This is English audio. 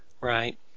Right